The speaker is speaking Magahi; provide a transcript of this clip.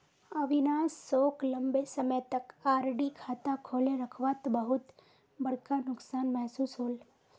अविनाश सोक लंबे समय तक आर.डी खाता खोले रखवात बहुत बड़का नुकसान महसूस होल